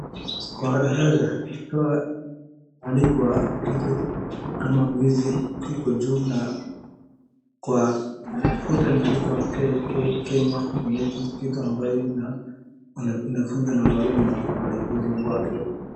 Kuna darasa ikiwa imeandikwa kitu kama mwizi k iko juu na kwa ukuta imeandikwa Kenya Kennedy kitu ambayo inafunza na mwalimu na wadagunzi wake.